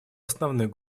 основных